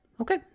Okay